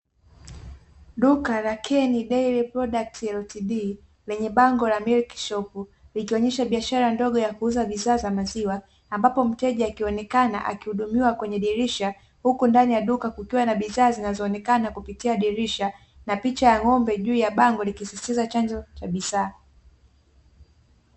Duka la "KIENI DAIRY PRODUCTS LTD" lenye bango la "milk shop", likionesha biashara ndogo ya kuuza bidhaa ya maziwa; ambapo mteja akionekana akihudumiwa kwenye dirisha, huku ndani ya duka kukiwa na bidhaa zinazoonekana kupitia dirisha; na picha ya ng’ombe juu ya bango likisisitiza chanzo cha bidhaa.